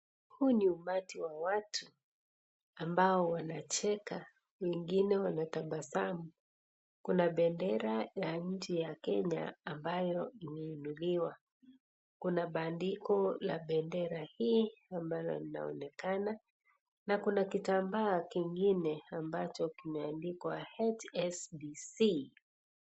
Huu ni umati wa watu ambao wanacheka wengine wanatabasamu kuna Bendera ya nchi ya Kenya ambayo imeinuliwa kuna bandiko la bendera hii ambalo linaonekana na kuna kitambaa kingine ambacho kimeandikwa HSBC.